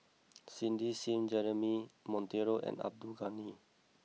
Cindy Sim Jeremy Monteiro and Abdul Ghani